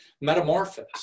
metamorphosis